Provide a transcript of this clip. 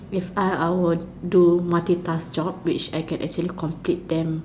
if I I will do multi task job which I actually can complete them